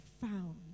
found